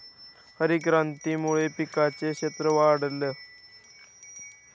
हरितक्रांतीमुळे पिकांचं क्षेत्र वाढलं